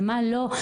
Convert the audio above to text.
על מה לא?